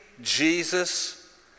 Jesus